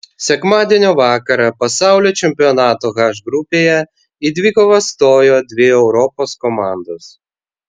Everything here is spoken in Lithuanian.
sekmadienio vakarą pasaulio čempionato h grupėje į dvikovą stojo dvi europos komandos